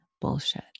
bullshit